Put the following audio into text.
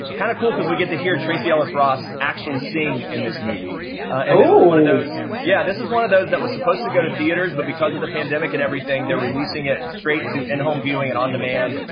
kind of cool cause we get to hear tracee ellis ross actually sing in this movie. and this is one of those ooh. yeah, this is one of those that was supposed to go to theaters, but because of the pandemic and everything, they're releasing it straight to in-home viewing and on demand.